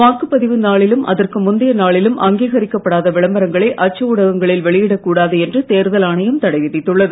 மீண்டும் தலைப்புச் செய்திகள் வாக்குப்பதிவு நாளிலும் அதற்கு முந்தைய நாளிலும் அங்கீகரிக்கப்படாத விளம்பரங்களை அச்சு ஊடகங்களில் வெளியிடக்கூடாது என்று தேர்தல் ஆணையம் தடை விதித்துள்ளது